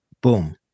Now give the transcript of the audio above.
boom